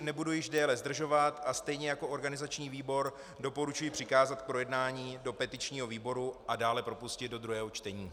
Nebudu již déle zdržovat a stejně jako organizační výbor doporučuji přikázat k projednání do petičního výboru a dále propustit do druhého čtení.